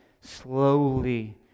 slowly